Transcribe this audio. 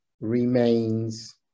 remains